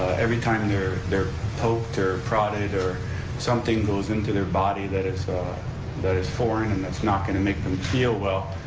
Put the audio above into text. every time they're they're poked or prodded or something goes into their body that is that is foreign and that's not going to make them feel well,